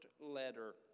letter